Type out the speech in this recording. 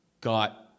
got